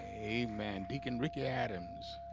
a man, he can ricky adams